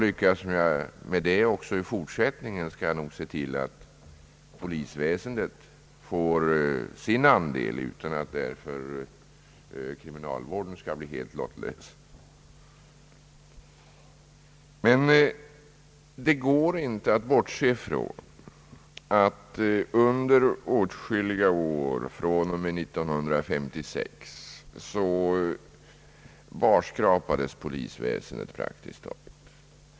Lyckas jag med det också i fortsättningen, skall jag se till att polisväsendet får sin andel utan att därför kriminalvården skall bli helt lottlös. Det går emellertid inte att bortse från att polisväsendet praktiskt taget barskrapades under åtskilliga år från och med 1956.